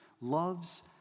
loves